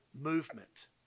movement